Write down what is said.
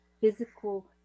physical